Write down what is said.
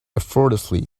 effortlessly